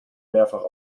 mehrfach